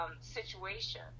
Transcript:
situation